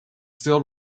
still